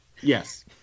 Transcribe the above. Yes